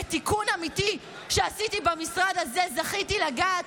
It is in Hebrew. בתיקון אמיתי שעשיתי במשרד הזה זכיתי לגעת